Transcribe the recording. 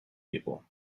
people